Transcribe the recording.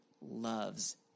loves